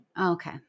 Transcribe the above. Okay